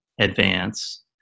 advance